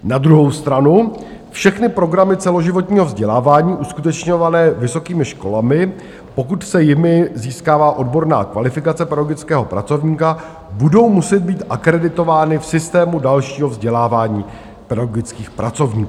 Na druhou stranu všechny programy celoživotního vzdělávání uskutečňované vysokými školami, pokud se jimi získává odborná kvalifikace pedagogického pracovníka, budou muset být akreditovány v systému dalšího vzdělávání pedagogických pracovníků.